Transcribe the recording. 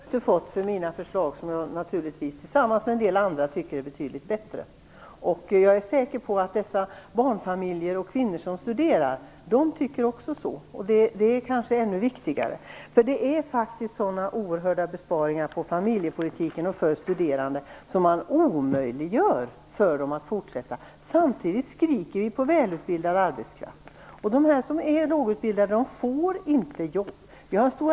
Herr talman! Det finns inte någon majoritet för mina förslag, men jag och en del andra tycker naturligtvis att de är betydligt bättre. Jag är säker på att dessa barnfamiljer och de kvinnor som studerar också tycker det. Det kanske är ännu viktigare. De besparingar som görs inom familjepolitiken och för studerande är så oerhörda att de omöjliggör för dem att fortsätta. Samtidigt skriker vi på välutbildad arbetskraft. De som är lågutbildade får inga jobb.